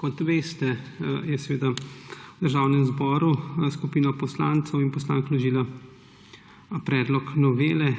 Kot veste, je v Državnem zboru skupina poslank in poslancev vložila predlog novele.